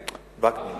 וקנין.